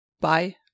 bye